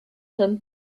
him